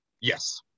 Yes